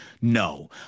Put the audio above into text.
No